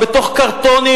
בתוך קרטונים,